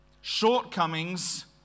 shortcomings